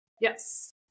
Yes